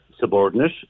subordinate